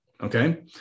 Okay